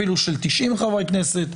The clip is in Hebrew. אפילו של 90 חברי כנסת,